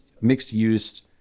mixed-use